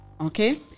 Okay